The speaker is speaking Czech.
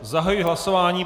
Zahajuji hlasování.